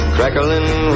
Crackling